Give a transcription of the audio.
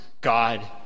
God